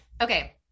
Okay